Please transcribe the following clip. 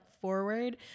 forward